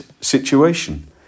situation